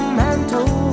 mantle